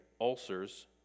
ulcers